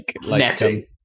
Netting